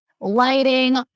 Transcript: lighting